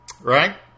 right